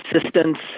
assistance